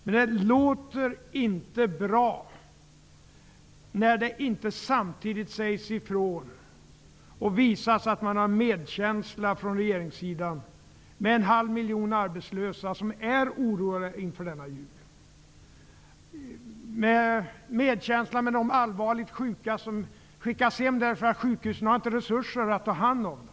Men det låter inte bra när regeringen inte samtidigt säger ifrån och visar att man har medkänsla med en halv miljon arbetslösa som är oroade inför denna jul. Det visas ingen medkänsla med de allvarligt sjuka som skickas hem därför att sjukhusen inte har resurser att ta hand om dem.